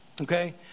Okay